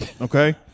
Okay